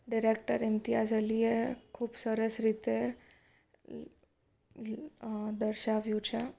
director Imtiaz અલીએ ખૂબ સરસ રીતે દર્શાવ્યું છે